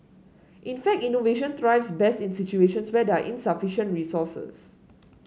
in fact innovation thrives best in situations where there are insufficient resources